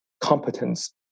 competence